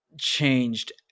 changed